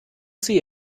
see